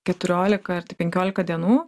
keturiolika ar tai penkiolika dienų